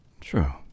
true